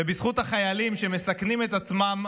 ובזכות החיילים שמסכנים את עצמם